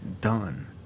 Done